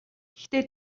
гэхдээ